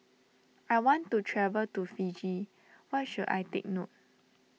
I want to travel to Fiji what should I take note